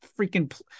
freaking